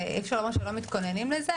ואי אפשר לומר שלא מתכוננים לזה.